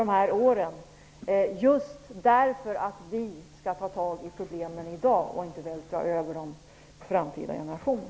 Det sker genom att vi tar tag i problemen i dag och inte vältrar över dem på framtida generationer.